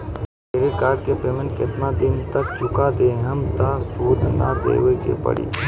Credit card के payment केतना दिन तक चुका देहम त सूद ना देवे के पड़ी?